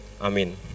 Amen